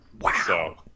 Wow